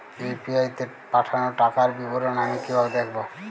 UPI তে পাঠানো টাকার বিবরণ আমি কিভাবে দেখবো?